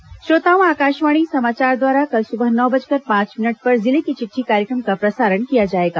जिले की चिट्ठी श्रोताओं आकाशवाणी समाचार द्वारा कल सुबह नौ बजकर पांच मिनट पर जिले की चिट्ठी कार्यक्रम का प्रसारण किया जाएगा